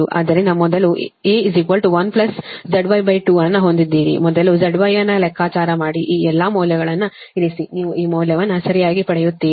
ಆದ್ದರಿಂದ ಮೊದಲು A 1ZY2 ಅನ್ನು ಹೊಂದಿದ್ದೀರಿ ಮೊದಲು ZY ಅನ್ನು ಲೆಕ್ಕಾಚಾರ ಮಾಡಿ ಈ ಎಲ್ಲಾ ಮೌಲ್ಯವನ್ನು ಇರಿಸಿ ನೀವು ಈ ಮೌಲ್ಯವನ್ನು ಸರಿಯಾಗಿ ಪಡೆಯುತ್ತೀರಿ